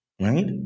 right